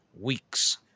weeks